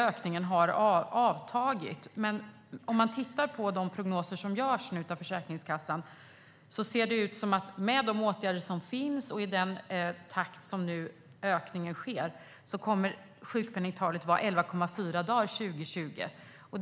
Men om man tittar på de prognoser som görs av Försäkringskassan ser det ut som om sjukpenningtalet kommer att vara 11,4 dagar 2020 med de åtgärder som finns och i den takt som nu ökningen sker.